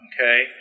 Okay